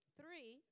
three